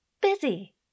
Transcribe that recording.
busy